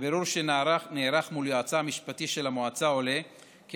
מבירור שנערך מול יועצה המשפטי של המועצה עולה כי